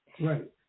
Right